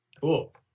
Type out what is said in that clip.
cool